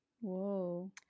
Whoa